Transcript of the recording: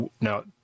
now